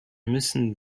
müssen